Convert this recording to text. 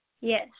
Yes